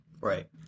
Right